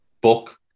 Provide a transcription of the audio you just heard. book